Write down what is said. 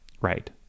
right